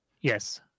Yes